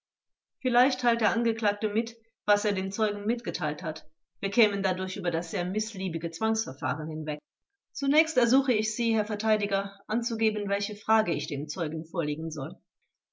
vielleicht teilt der angeklagte mit was er dem zeugen mitgeteilt hat wir kämen dadurch über das sehr mißliebige zwangsverfahren hinweg zunächst ersuche ich sie herr verteidiger anzugeben welche fragen ich dem zeugen vorlegen soll